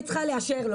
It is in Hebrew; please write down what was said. אני צריכה לאשר לו.